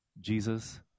Jesus